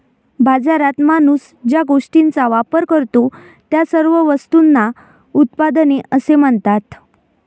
बाजारात माणूस ज्या गोष्टींचा वापर करतो, त्या सर्व वस्तूंना उत्पादने असे म्हणतात